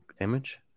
image